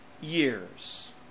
years